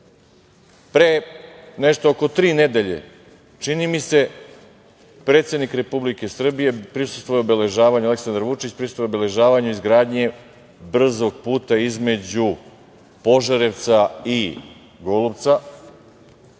pre nešto oko tri nedelje čini mi se predsednik Republike Srbije Aleksandar Vučić prisustvovao je obeležavanju izgradnje brzog puta između Požarevca i Golupca,